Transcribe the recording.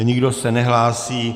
Nikdo se nehlásí.